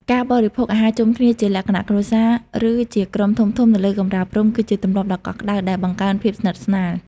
ការបរិភោគអាហារជុំគ្នាជាលក្ខណៈគ្រួសារ ឬជាក្រុមធំៗនៅលើកម្រាលព្រំ គឺជាទម្លាប់ដ៏កក់ក្តៅដែលបង្កើនភាពស្និទ្ធស្នាល។